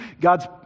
God's